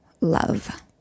love